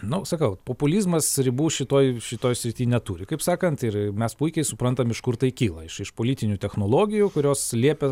nu sakau populizmas ribų šitoj šitoj srityje neturi kaip sakant ir mes puikiai suprantam iš kur tai kyla iš politinių technologijų kurios liepė